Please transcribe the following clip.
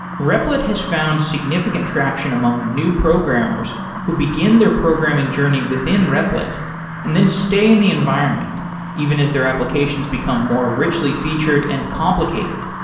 repl it has found significant traction among new programmers who begin their programming journey within repl it and then stay in the environment even as their applications become more richly featured and complicated.